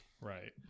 Right